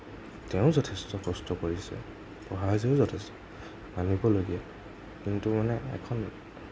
তেওঁও যথেষ্ট কষ্ট কৰিছে প্ৰভাসেও যথেষ্ট মানিবলগীয়া কিন্তু মানে এখন